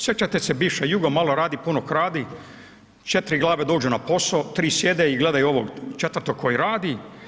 Sjećate se bivše Juge, malo radi, puno kradi, četiri glave dođu na posao, tri sjede i gledaju ovog četvrtog koji radi.